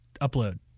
upload